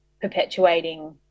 perpetuating